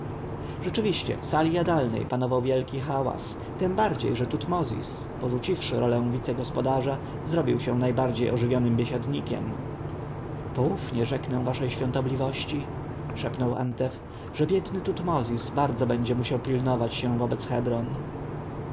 rzeczywiście w sali jadalnej panował wielki hałas tem bardziej że tutmozis porzuciwszy rolę wice-gospodarza zrobił się najbardziej ożywionym biesiadnikiem poufnie rzeknę waszej świątobliwości szepnął antef że biedny tutmozis bardzo będzie musiał pilnować się wobec